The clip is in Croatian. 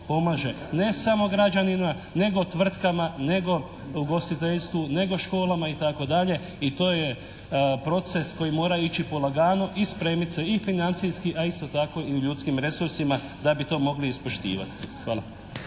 pomaže ne samo građanima nego tvrtkama nego ugostiteljstvu nego školama itd. i to je proces koji mora ići polagano i spremiti se i financijski, a isto tako i u ljudskim resursima da bi to mogli ispoštivat. Hvala.